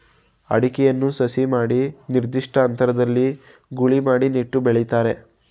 ಅಡಿಕೆಯನ್ನು ಸಸಿ ಮಾಡಿ ನಿರ್ದಿಷ್ಟ ಅಂತರದಲ್ಲಿ ಗೂಳಿ ಮಾಡಿ ನೆಟ್ಟು ಬೆಳಿತಾರೆ